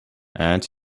and